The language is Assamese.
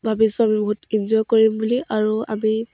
ভাবিছোঁ আমি বহুত ইনজয় কৰিম বুলি আৰু আমি